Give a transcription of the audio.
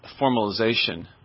formalization